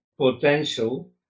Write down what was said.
potential